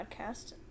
podcast